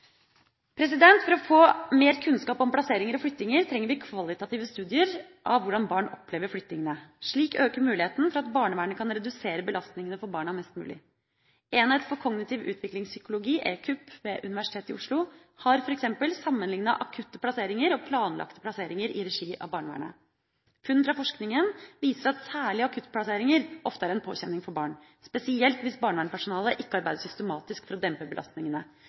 For å få mer kunnskap om plasseringer og flyttinger trenger vi kvalitative studier av hvordan barn opplever flyttingene. Slik øker muligheten for at barnevernet kan redusere belastningene for barna mest mulig. Enhet for kognitiv utviklingspsykologi, EKUP, ved Universitetet i Oslo har f.eks. sammenlignet akutte plasseringer og planlagte plasseringer i regi av barnevernet. Funn fra forskninga viser at særlig akuttplasseringer ofte er en påkjenning for barn, spesielt hvis barnevernpersonalet ikke arbeider systematisk for å dempe belastningene.